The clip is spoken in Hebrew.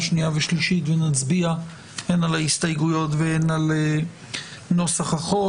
שנייה ושלישית ונצביע הן על ההסתייגויות והן על נוסח החוק.